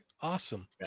Awesome